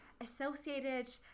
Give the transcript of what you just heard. associated